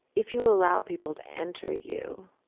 if you allow people to enter you,